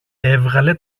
έβγαλε